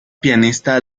pianista